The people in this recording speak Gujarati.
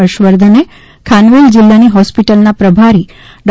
હર્ષવર્ધને ખાનવેલ જીલ્લાની હોસ્પીટલના પ્રભારી ડૉ